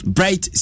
Bright